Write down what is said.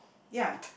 ya